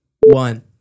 one